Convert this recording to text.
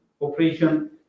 operation